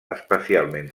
especialment